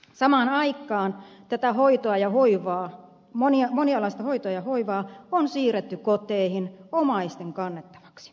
samaan aikaan tätä monialaista hoitoa ja hoivaa monia monia lastenhoito ja hoiva on siirretty koteihin omaisten kannettavaksi